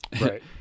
right